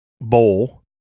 bowl